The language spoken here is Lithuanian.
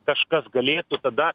kažkas galėtų kada